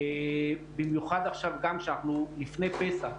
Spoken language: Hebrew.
במיוחד עכשיו כשאנחנו לפני פסח.